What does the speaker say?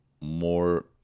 more